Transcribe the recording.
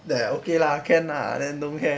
then I okay lah can ah then don't care